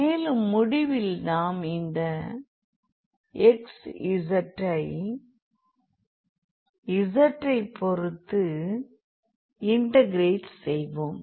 மேலும் முடிவில் நாம் இந்த xzஐ z ஐ பொறுத்து இன்டெகிரெட் செய்வோம்